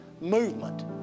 movement